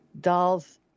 dolls